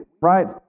right